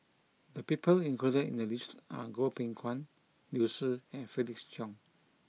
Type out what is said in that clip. the people included in the list are Goh Beng Kwan Liu Si and Felix Cheong